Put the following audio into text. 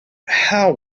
how